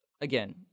again